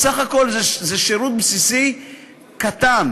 בסך הכול זה שירות בסיסי קטן.